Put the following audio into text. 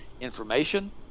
information